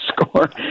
score